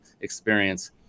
experience